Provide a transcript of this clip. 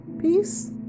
Peace